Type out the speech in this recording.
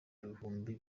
bihumbi